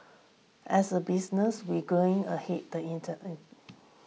as a business we growing ahead the inter